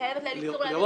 להעביר לאליצור את כספו.